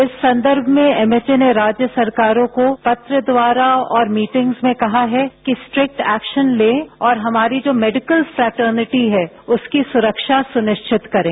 इस सन्दर्भ में एमएचए ने राज्य सरकारों को पत्र द्वारा और मीटिंग्स में कहा है कि स्ट्रिक्ट एक्शन लें और हमारी जो मैडिकल फैटर्निटी है उसकी सुरक्षा सुनिश्चित करें